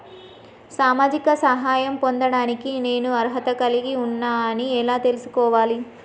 సామాజిక సహాయం పొందడానికి నేను అర్హత కలిగి ఉన్న అని ఎలా తెలుసుకోవాలి?